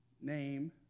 Name